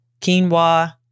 quinoa